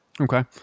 Okay